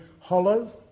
hollow